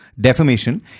defamation